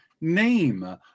name